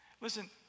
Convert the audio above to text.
Listen